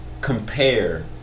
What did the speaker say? compare